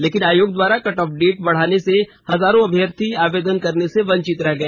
लेकिन आयोग द्वारा कट ऑफ डेट बढ़ाने से हजारों अभ्यर्थी आवेदन करने से वंचित रह गए